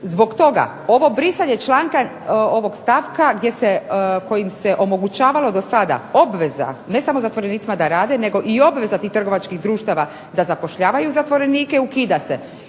Zbog toga ovo brisanje ovog stavka kojim se omogućavalo dosada obveza ne samo zatvorenicima da rade nego i obveza tih trgovačkih društava da zapošljavaju zatvorenike ukida se.